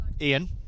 Ian